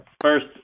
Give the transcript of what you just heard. first